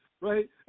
right